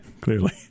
clearly